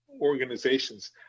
organizations